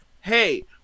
hey